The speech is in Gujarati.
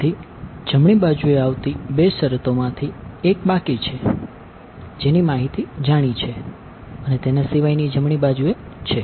તેથી જમણી બાજુએ આવતી બે શરતોમાંથી એક બાકી છે જેની માહિતી જાણીતી છે અને તેના સિવાયની જમણી બાજુએ છે